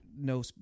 no